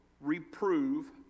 reprove